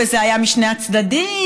וזה היה משני הצדדים,